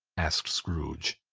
asked scrooge.